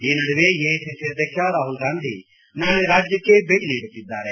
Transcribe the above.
ಈ ನಡುವೆ ಎಐಸಿಸಿ ಅಧ್ಯಕ್ಷ ರಾಹುಲ್ ಗಾಂಧಿ ನಾಳೆ ರಾಜ್ಯಕ್ಕೆ ಭೇಟಿ ನೀಡುತ್ತಿದ್ದಾರೆ